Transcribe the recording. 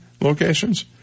locations